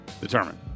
determined